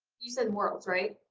you, said worlds right?